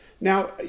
now